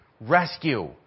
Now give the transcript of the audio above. Rescue